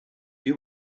wie